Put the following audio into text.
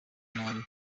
nabi